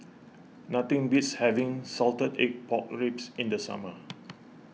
nothing beats having Salted Egg Pork Ribs in the summer